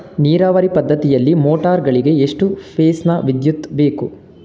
ನೀರಾವರಿ ಪದ್ಧತಿಯಲ್ಲಿ ಮೋಟಾರ್ ಗಳಿಗೆ ಎಷ್ಟು ಫೇಸ್ ನ ವಿದ್ಯುತ್ ಬೇಕು?